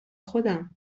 خودم